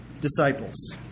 disciples